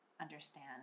understand